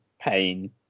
pain